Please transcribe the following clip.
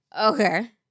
Okay